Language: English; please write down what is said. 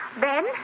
Ben